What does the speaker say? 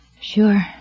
Sure